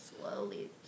slowly